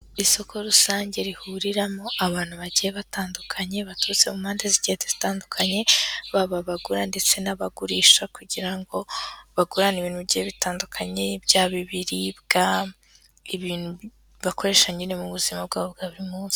Isoko rusange rihuriramo abantu bagiye batandukanye, baturutse mu mpande zigiye zitandukanye, baba abagura ndetse n'abagurisha kugira ngo bagurane ibintu bigiye bitandukanye, byaba ibiribwa, ibintu bakoresha nyine mu buzima bwabo bwa buri munsi.